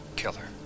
killer